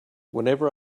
whenever